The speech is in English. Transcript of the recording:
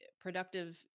productive